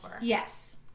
Yes